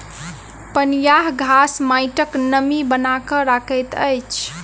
पनियाह घास माइटक नमी बना के रखैत अछि